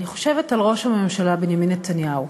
אני חושבת על ראש הממשלה בנימין נתניהו,